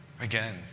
Again